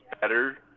better